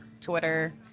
Twitter